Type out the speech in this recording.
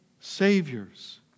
saviors